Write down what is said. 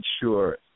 sure